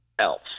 else